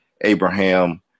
Abraham